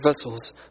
vessels